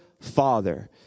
Father